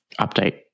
update